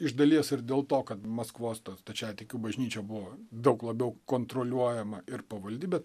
iš dalies ir dėl to kad maskvos stačiatikių bažnyčia buvo daug labiau kontroliuojama ir pavaldi bet